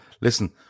listen